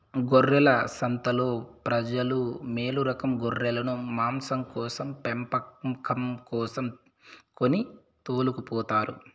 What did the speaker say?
గొర్రెల సంతలో ప్రజలు మేలురకం గొర్రెలను మాంసం కోసం పెంపకం కోసం కొని తోలుకుపోతారు